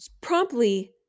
promptly